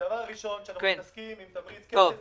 הדבר הראשון כשאנחנו מתעסקים עם תמריץ כסף ציבורי,